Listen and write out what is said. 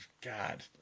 God